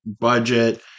budget